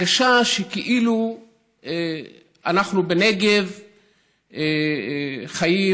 ומההרגשה שכאילו אנחנו בנגב חיים,